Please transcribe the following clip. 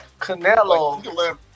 Canelo